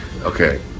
Okay